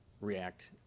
react